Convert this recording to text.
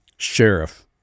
Sheriff